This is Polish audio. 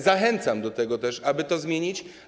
Zachęcam do tego, aby to zmienić.